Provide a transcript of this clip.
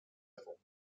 level